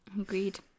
Agreed